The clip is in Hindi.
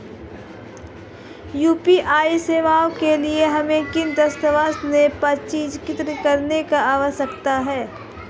यू.पी.आई सेवाओं के लिए हमें किन दस्तावेज़ों को पंजीकृत करने की आवश्यकता है?